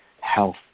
health